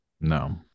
No